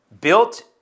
built